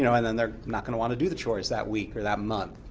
you know and then they're not going to want to do the chores that week, or that month.